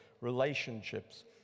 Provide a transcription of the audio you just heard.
relationships